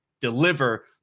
deliver